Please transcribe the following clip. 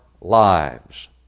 lives